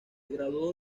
graduó